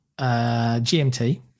GMT